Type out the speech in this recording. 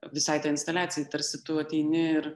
visai tai instaliacijai tarsi tu ateini ir